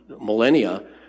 millennia